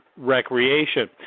recreation